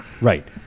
Right